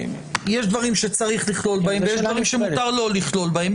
יש דברים שצריך לכלול בהם ויש דברים שמותר לא לכלול בהם,